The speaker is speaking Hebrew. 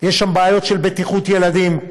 יש שם בעיות של בטיחות ילדים.